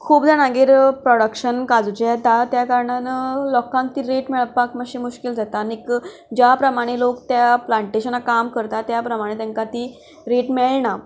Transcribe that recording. खूब जाणांगेर प्रोडक्शन काजूचें येता त्या कारणांत लोकांक ती रेट मेळपाक मातशी मुश्कील जाता आनी ज्या प्रमाणे लोक त्या प्लांटेशनांत काम करता त्या प्रमाणे तांकां ती रेट मेळना